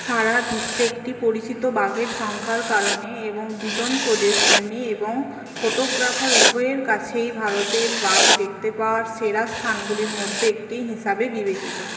সারা বিশ্বে একটি পরিচিত বাঘের সংখ্যার কারণে এবং বিজনপ্রদেশ প্রেমী এবং ফটোগ্রাফার উভয়ের কাছেই ভারতের বাঘ দেখতে পাওয়ার সেরা স্থানগুলির মধ্যে একটি হিসাবে বিবেচিত